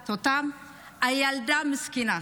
בולעת אותם, הילדה מסכנה.